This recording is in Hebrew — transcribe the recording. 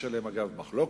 יש עליהם מחלוקת.